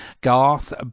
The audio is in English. Garth